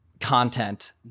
Content